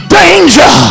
danger